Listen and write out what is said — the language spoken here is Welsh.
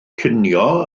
cinio